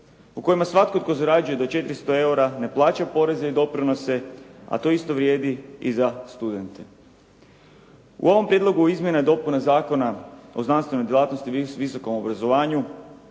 u kojem svatko tko zarađuje do 400 eura ne plaća poreze ni doprinose, a to isto vrijedi i za studente. U ovom Prijedlogu izmjena i dopuna Zakona o znanstvenoj djelatnosti i visokom obrazovanju